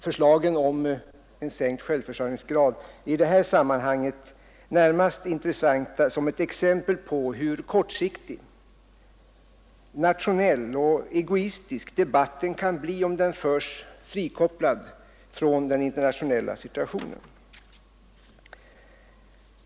Förslagen om en sänkt självförsörjningsgrad är i detta sammanhang endast intressanta som ett exempel på hur kortsiktig, nationell och egoistisk debatten kan bli om den förs frikopplad från den internationella situationen.